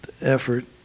effort